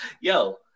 Yo